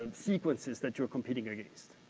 ah sequences that you're competing against.